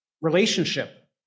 relationship